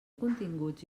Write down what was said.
continguts